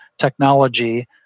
technology